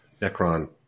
Necron